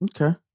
Okay